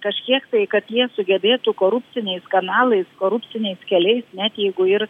kažkiek tai kad jie sugebėtų korupciniais kanalais korupciniais keliais net jeigu ir